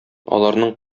аларның